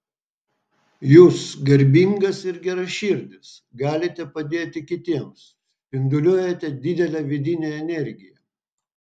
jūs garbingas ir geraširdis galite padėti kitiems spinduliuojate didelę vidinę energiją